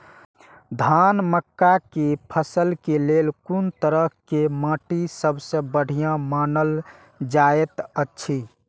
धान आ मक्का के फसल के लेल कुन तरह के माटी सबसे बढ़िया मानल जाऐत अछि?